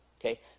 okay